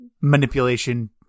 manipulation